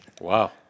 Wow